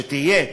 שתהיה,